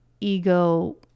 ego